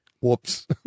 Whoops